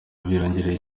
byiyongereye